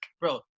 bro